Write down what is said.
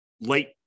late